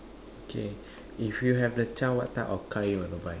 okay if you have a chance what type of car you want to buy